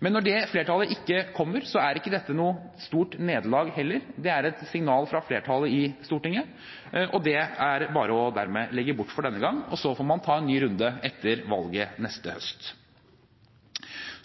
Men når det flertallet ikke kommer, er ikke dette noe stort nederlag heller. Det er et signal fra flertallet i Stortinget og dermed bare å legge bort for denne gang. Så får man ta en ny runde etter valget neste høst.